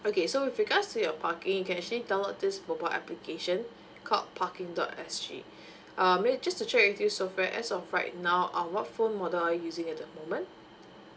okay so with regards to your parking you can actually download this mobile application called parking dot S G uh may just to check with you sofea as of right now uh what phone model are you using at the moment